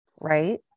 Right